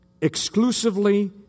exclusively